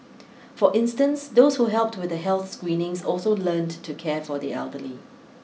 for instance those who helped with the health screenings also learnt to care for the elderly